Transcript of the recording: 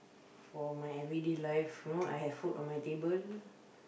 for my everyday life you know I have food on my table